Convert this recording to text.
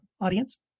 audience